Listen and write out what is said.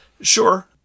Sure